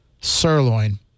sirloin